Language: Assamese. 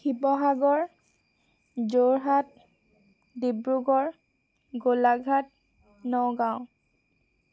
শিৱসাগৰ যোৰহাট ডিব্ৰুগড় গোলাঘাট নগাঁও